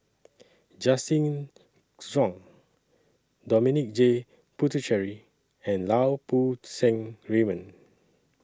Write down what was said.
Justin Zhuang Dominic J Puthucheary and Lau Poo Seng Raymond